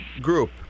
group